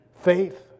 faith